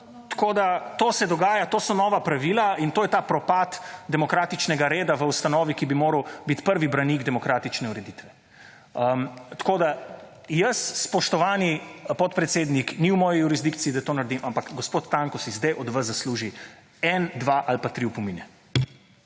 To se dogaja, to so nova pravila in to je ta propad demokratičnega reda v ustanovi, ki bi morala biti prvi branik demokratične ureditve. Spoštovani podpredsednik, ni v moji jurisdikciji, da to naredim, ampak gospod Tanko si zdaj od vas zasluži enega, dva ali pa tri opomine.